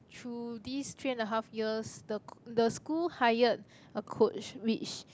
through these three and a half years the c~ the school hired a coach which